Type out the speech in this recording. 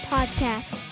Podcast